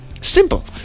simple